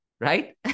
right